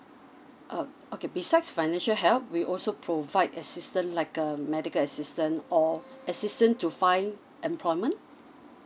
orh okay besides financial help we also provide assistant like uh medical assistant or assistant to find employment